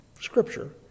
scripture